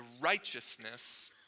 righteousness